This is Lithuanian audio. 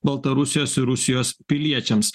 baltarusijos ir rusijos piliečiams